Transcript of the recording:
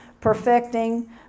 perfecting